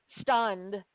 stunned